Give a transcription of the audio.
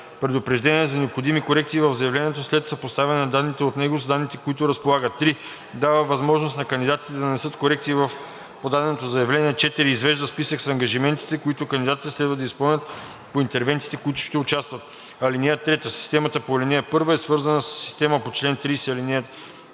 предупреждения за необходими корекции в заявлението след съпоставяне на данните от него с данните, с които разполага; 3. дава възможност на кандидатите да нанесат корекции в подаденото заявление; 4. извежда списък с ангажиментите, които кандидатите следва да изпълнят по интервенциите, в които ще участват. (3) Системата по ал. 1 е свързана със системата по чл. 30, ал.